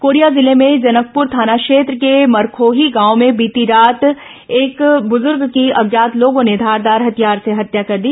Korea जिले में जनकपुर थाना क्षेत्र के मरखोही गांव में बीती रात एक ब्रजुर्ग की अज्ञात लोगों ने धारदार हथियार से हत्या कर दी